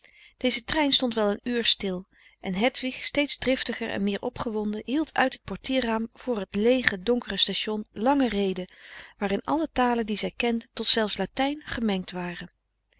deze trein stond wel een uur stil en hedwig steeds driftiger en meer opgewonden hield uit het portierraam voor het leege donkere station lange reden frederik van eeden van de koele meren des doods waarin alle talen die zij kende tot zelfs latijn gemengd waren